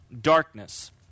darkness